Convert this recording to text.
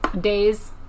days